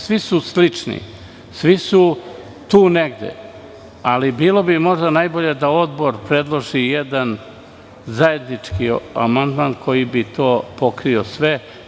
Svi su slični u svi su tu negde, ali bi bilo možda najbolje da odbor predloži jedan zajednički amandman koji bi to pokrio sve.